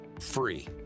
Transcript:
free